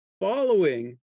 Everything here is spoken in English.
Following